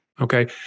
Okay